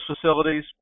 facilities